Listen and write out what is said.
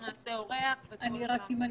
בבקשה.